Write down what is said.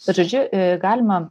bet žodžiu galima